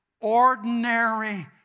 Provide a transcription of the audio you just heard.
ordinary